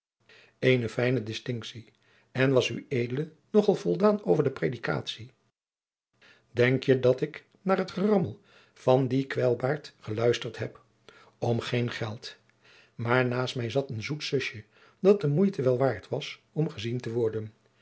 eene fijne distinctie en was ued nog al voldaan over de predikatie denk je dat ik naar het gerammel van dien kwijlbaard geluisterd heb om geen geld maar naast mij zat een zoet zusje dat de moeite wel waard was om gezien te worden